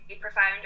profound